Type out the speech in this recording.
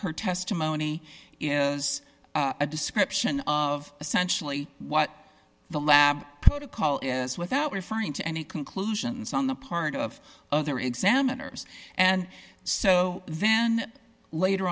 her testimony as a description of essentially what the lab protocol is without referring to any conclusions on the part of other examiners and so then later